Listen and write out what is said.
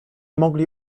mogli